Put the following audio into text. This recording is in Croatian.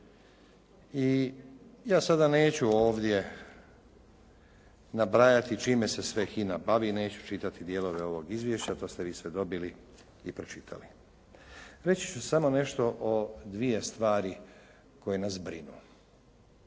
i ja sada neću ovdje nabrajati čime se sve HINA bavi i neću čitati dijelove ovog izvješća. To ste vi sve dobili i pročitali. Reći ću samo nešto o dvije stvari koje nas brinu.